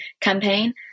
campaign